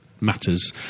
matters